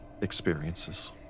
experiences